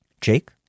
Jake